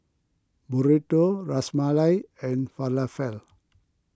Burrito Ras Malai and Falafel